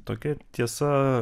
tokia tiesa